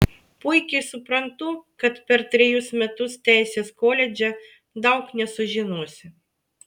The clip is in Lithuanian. puikiai suprantu kad per trejus metus teisės koledže daug nesužinosi